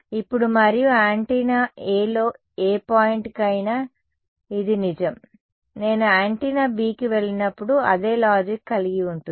ఇప్పుడు మరియు యాంటెన్నా Aలో ఏ పాయింట్కైనా ఇది నిజం నేను యాంటెన్నా Bకి వెళ్లినప్పుడు అదే లాజిక్ కలిగి ఉంటుంది